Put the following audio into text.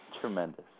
Tremendous